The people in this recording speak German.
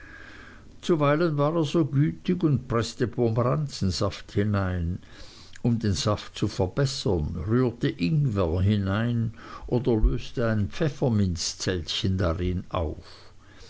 zuweilen war er so gütig und preßte pomeranzensaft hinein um den saft zu verbessern rührte ingwer hinein oder löste ein pfefferminzzeltchen darin auf